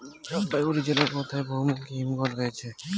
জলপাইগুড়ি জেলায় কোথায় বহুমুখী হিমঘর রয়েছে?